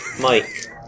Mike